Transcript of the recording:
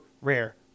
rare